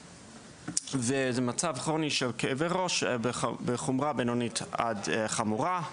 זה מצב כרוני של כאבי ראש בחומרה בינונית עד חמורה.